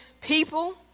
people